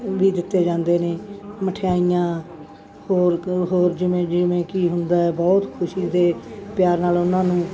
ਵੀ ਦਿੱਤੇ ਜਾਂਦੇ ਨੇ ਮਠਿਆਈਆਂ ਹੋਰ ਕੁਝ ਹੋਰ ਜਿਵੇਂ ਜਿਵੇਂ ਕਿ ਹੁੰਦਾ ਬਹੁਤ ਖੁਸ਼ੀ ਦੇ ਪਿਆਰ ਨਾਲ ਉਹਨਾਂ ਨੂੰ